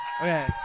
Okay